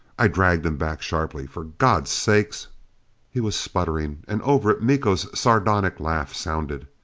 i dragged him back sharply. for god's sake he was spluttering and over it miko's sardonic laugh sounded.